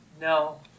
No